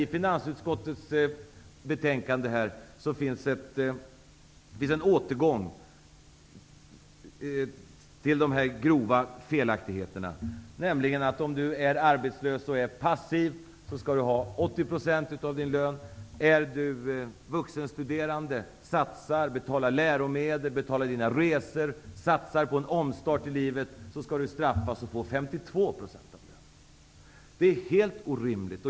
I finansutskottets betänkande finner vi en återgång till sådana här grova felaktigheter. Om man är arbetslös och passiv skall man få 80 % av lönen, medan man skall straffas med att få 52 % av lönen om man är vuxenstuderande, betalar egna läromedel och egna resor, dvs. satsar på en omstart i livet. Det är helt orimligt!